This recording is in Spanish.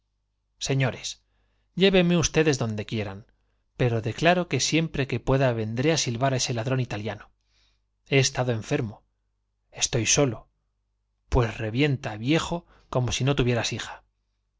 señores llévenme ustedes donde quieran pero declaro que siempre que pueda vendré á silbar á ese ladrón italiano he estado enfermo estoy solo pues revienta viejo como si no tuvieras hija